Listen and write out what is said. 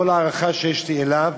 זה ששר החינוך, עם כל ההערכה שיש לי אליו,